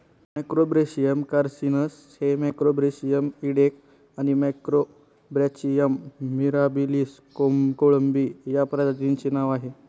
Macrobrachium carcinus हे Macrobrachium इडेक आणि मॅक्रोब्रॅचियम मिराबिलिस कोळंबी या प्रजातींचे नाव आहे